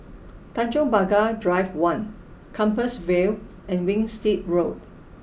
Tanjong Pagar Drive One Compassvale and Winstedt Road